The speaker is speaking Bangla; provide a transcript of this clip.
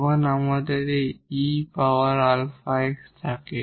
তখন আমাদের এই e power alpha x থাকে